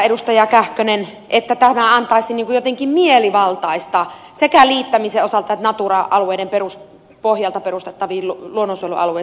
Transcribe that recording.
kähkönen että tämä antaisi jotenkin mielivaltaistaa sekä liittämisen osalta että natura alueiden pohjalta perustettavien luonnonsuojelualueiden osalta